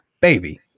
Baby